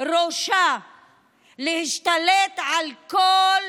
ראשה להשתלט על כל